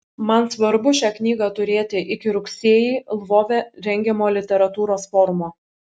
man svarbu šią knygą turėti iki rugsėjį lvove rengiamo literatūros forumo